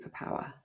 superpower